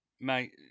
Mate